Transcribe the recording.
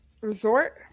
resort